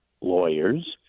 lawyers